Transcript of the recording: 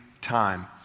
time